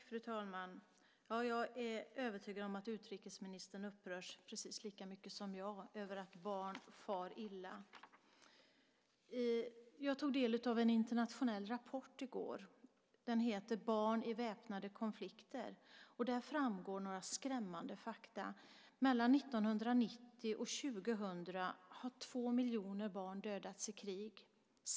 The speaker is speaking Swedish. Fru talman! Jag är övertygad om att utrikesministern upprörs lika mycket som jag över att barn far illa. Jag tog i går del av en internationell rapport. Den heter Barn i väpnade konflikter . I den framkommer en del skrämmande fakta. Mellan 1990 och 2000 har två miljoner barn dödats i krig.